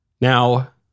Now